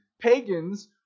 pagans